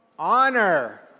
honor